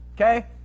okay